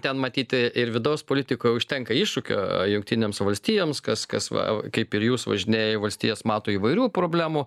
ten matyt ir vidaus politikoj užtenka iššūkio jungtinėms valstijoms kas kas va kaip ir jūs važinėja į valstijas mato įvairių problemų